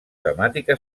temàtica